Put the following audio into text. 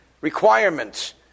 requirements